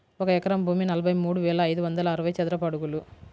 ఒక ఎకరం భూమి నలభై మూడు వేల ఐదు వందల అరవై చదరపు అడుగులు